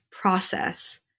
process